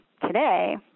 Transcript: today